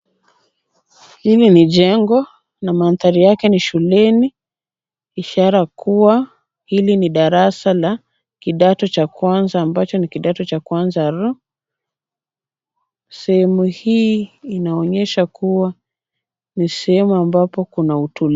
Hili ni jengo na mandhari yake ni shuleni, ishara kuwa, hili ni darasa la kidato cha kwanza ambacho ni kidato cha kwanza R, sehemu hii inaonyesha kuwa ni sehemu ambapo kuna utulivu.